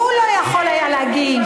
הוא לא יכול היה להגיש,